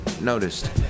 noticed